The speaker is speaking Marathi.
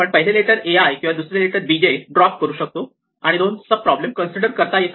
आपण पहिले लेटर a i किंवा दुसरे लेटर b j ड्रॉप करू शकतो आणि दोन सब प्रॉब्लेम कन्सिडर करता येते